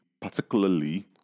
particularly